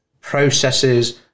processes